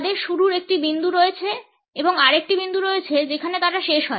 তাদের শুরুর একটি বিন্দু রয়েছে এবং আর একটি বিন্দু রয়েছে যেখানে তারা শেষ হয়